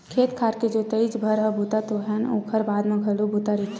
खेत खार के जोतइच भर ह बूता नो हय ओखर बाद म घलो बूता रहिथे